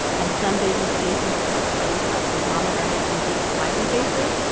and some babies' faces to the sweaty socks and vomit are making big smiley faces,